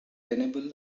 tenable